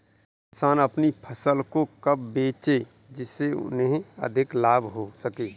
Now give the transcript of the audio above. किसान अपनी फसल को कब बेचे जिसे उन्हें अधिक लाभ हो सके?